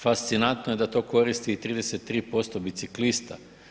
Fascinantno je da to koristi i 33% biciklista.